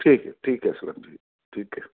ٹھیک ہے ٹھیک ہے اسلم جی ٹھیک ہے